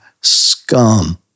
scum